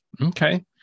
Okay